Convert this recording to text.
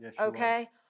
Okay